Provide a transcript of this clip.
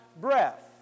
breath